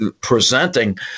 presenting